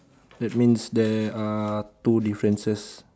that means there are two differences